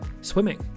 swimming